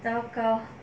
糟糕